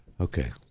Okay